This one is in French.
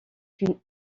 une